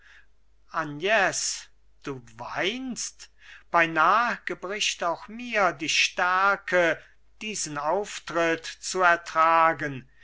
agnes du weinst beinah gebricht auch mir die stärke diesen auftritt zu ertragen